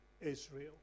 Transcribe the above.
Israel